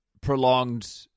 prolonged